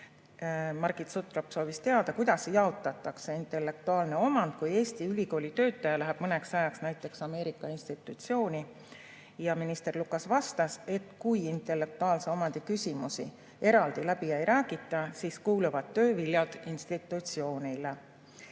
Margit Sutrop soovis teada, kuidas jaotatakse intellektuaalne omand, kui Eesti ülikooli töötaja läheb mõneks ajaks näiteks Ameerika institutsiooni. Minister Lukas vastas, et kui intellektuaalse omandi küsimusi eraldi läbi ei räägita, siis kuuluvad töö viljad institutsioonile.